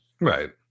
Right